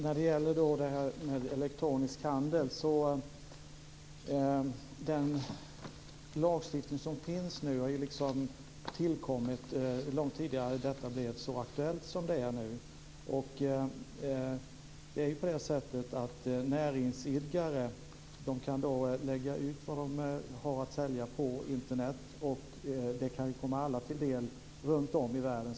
Fru talman! Den lagstiftning som nu finns om elektronisk handel tillkom långt innan denna handel blev så aktuell som den är nu. Näringsidkare kan lägga ut vad de har att sälja på Internet, vilket kan komma alla till del runtom i världen.